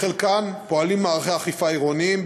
בחלקן פועלים מערכי אכיפה עירוניים,